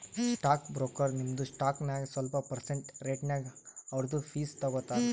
stock broker ನಿಮ್ದು stock ನಾಗ್ ಸ್ವಲ್ಪ ಪರ್ಸೆಂಟ್ ರೇಟ್ನಾಗ್ ಅವ್ರದು ಫೀಸ್ ತಗೋತಾರ